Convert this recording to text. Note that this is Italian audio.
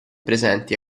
presenti